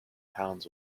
pounds